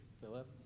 Philip